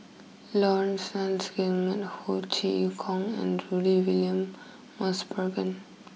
Laurence Nunns Guillemard Ho Chee Kong and Rudy William Mosbergen